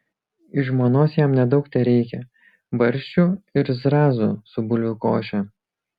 iš žmonos jam nedaug tereikia barščių ir zrazų su bulvių koše